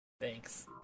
Thanks